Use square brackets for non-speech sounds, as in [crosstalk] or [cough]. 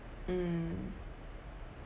mm [breath]